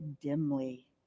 dimly